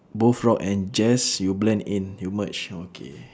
both rock and jazz you blend in you merge okay